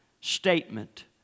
statement